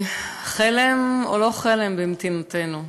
חלם או לא חלם במדינתנו,